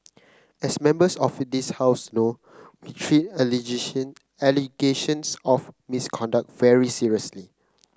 as members of this House know we treat allegations of misconduct very seriously